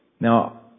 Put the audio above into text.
Now